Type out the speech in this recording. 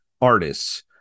artists